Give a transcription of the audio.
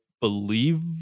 believe